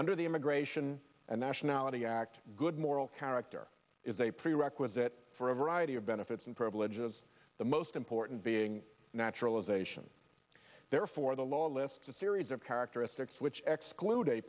under the immigration and nationality act good moral character is a prerequisite for a variety of benefits and privileges the most important being naturalization therefore the law lists a series of characteristics which exclude a